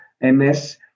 MS